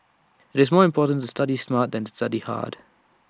it's more important to study smart than to study hard